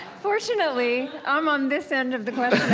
fortunately, i'm on this end of the questions.